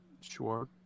Sure